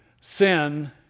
Sin